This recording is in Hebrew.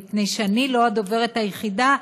מפני שאני לא הדוברת היחידה,